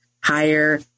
higher